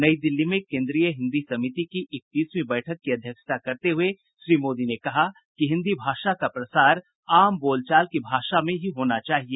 नई दिल्ली में कोन्द्रीय हिन्दी समिति की इकतीसवीं बैठक की अध्यक्षता करते हुए श्री मोदी ने कहा कि हिन्दी भाषा का प्रसार आम बोलचाल की भाषा में ही होना चाहिए